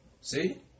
See